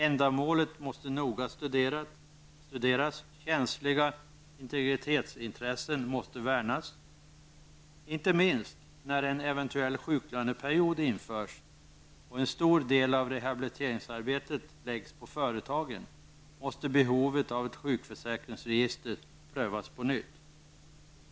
Ändamålet måste noga studeras, och känsliga integritetsintressen måste värnas. Inte minst när en eventuell sjuklöneperiod införs och en stor del av rehabiliteringsarbetet läggs på företagen måste behovet av ett sjukförsäkringsregister prövas på nytt.